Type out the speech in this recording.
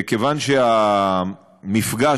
כיוון שהמפגש,